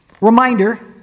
Reminder